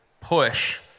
push